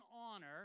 honor